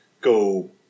go